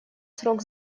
срок